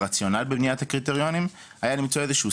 הרציונל בבניית הקריטריונים היה למצוא איזשהו